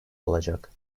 olacak